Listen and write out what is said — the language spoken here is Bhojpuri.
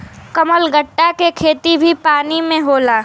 कमलगट्टा के खेती भी पानी में होला